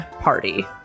party